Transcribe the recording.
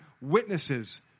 witnesses